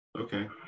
Okay